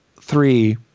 three